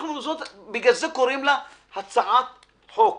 בגלל זה קוראים לה הצעת חוק.